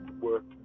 work